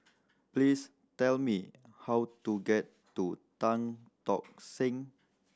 please tell me how to get to Tan Tock Seng